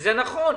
וזה נכון.